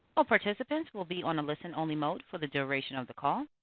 all participants will be on a listen-only mode for the duration of the call.